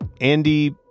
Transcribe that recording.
Andy